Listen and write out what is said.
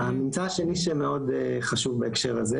הממצא השני שהוא מאוד חשוב בהקשר הזה